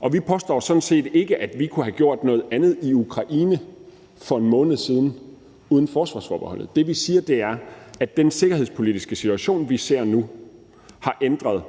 og vi påstår sådan set ikke, at vi kunne have gjort noget andet i Ukraine for en måned siden uden forsvarsforbeholdet. Det, vi siger, er, at den sikkerhedspolitiske situation, vi ser nu, har ændret